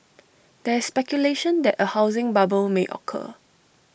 there is speculation that A housing bubble may occur